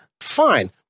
fine